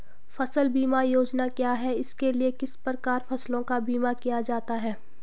फ़सल बीमा योजना क्या है इसके लिए किस प्रकार फसलों का बीमा किया जाता है?